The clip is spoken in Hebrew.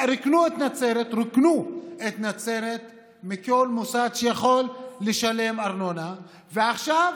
רוקנו את נצרת מכל מוסד שיכול לשלם ארנונה, ועכשיו